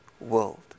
world